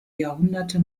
jahrhunderte